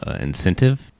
incentive